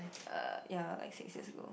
uh ya like six years ago